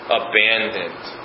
abandoned